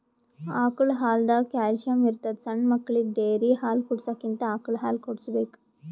ಆಕಳ್ ಹಾಲ್ದಾಗ್ ಕ್ಯಾಲ್ಸಿಯಂ ಇರ್ತದ್ ಸಣ್ಣ್ ಮಕ್ಕಳಿಗ ಡೇರಿ ಹಾಲ್ ಕುಡ್ಸಕ್ಕಿಂತ ಆಕಳ್ ಹಾಲ್ ಕುಡ್ಸ್ಬೇಕ್